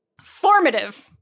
formative